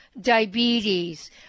diabetes